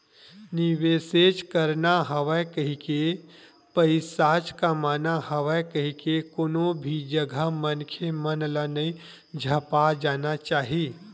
निवेसेच करना हवय कहिके, पइसाच कमाना हवय कहिके कोनो भी जघा मनखे मन ल नइ झपा जाना चाही